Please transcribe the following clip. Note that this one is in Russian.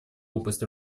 области